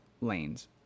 lanes